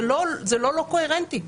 זה לא לא קוהרנטי.